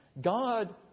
God